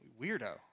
weirdo